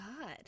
God